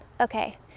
okay